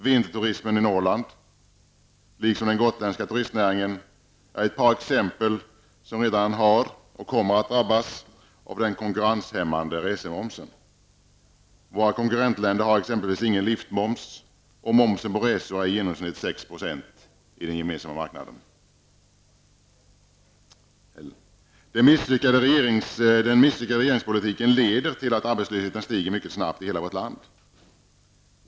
Vinterturismen i Norrland liksom den gotländska turistnäringen är ett par exempel som redan har drabbats och kommer att drabbas av den konkurrenshämmande resemomsen. Våra konkurrentländer har exempelvis ingen liftmoms, och momsen på resor är i genomsnitt 6 % i EG. Den misslyckade regeringspolitiken leder till att arbetslösheten stiger mycket snabbt i hela vårt land.